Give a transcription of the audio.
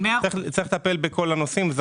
צריך לטפל בכל הנושאים.